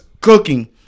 cooking